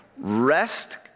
rest